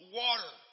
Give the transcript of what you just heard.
water